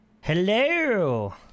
Hello